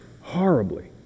horribly